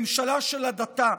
ממשלה של הדתה,